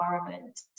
environment